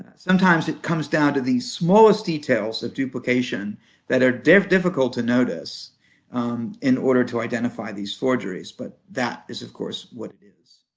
sometimes it comes down to the smallest details of duplication that are difficult to notice in order to identify these forgeries, but that is of course what it is.